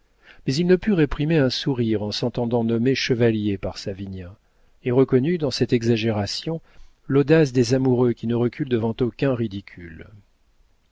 mais il ne put réprimer un sourire en s'entendant nommer chevalier par savinien et reconnut dans cette exagération l'audace des amoureux qui ne reculent devant aucun ridicule